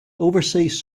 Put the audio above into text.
overseas